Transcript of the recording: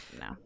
No